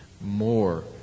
more